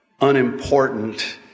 unimportant